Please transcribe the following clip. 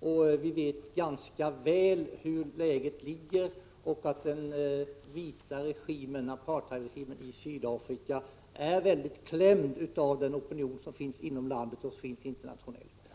och vi vet ganska väl hur läget är: den vita apartheidregimen i Sydafrika är mycket klämd av den opinion som finns inom landet och internationellt.